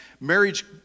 marriage